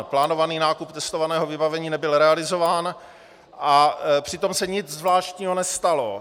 Plánovaný nákup testovaného vybavení nebyl realizován, a přitom se nic zvláštního nestalo.